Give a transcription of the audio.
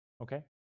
Okay